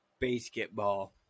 Basketball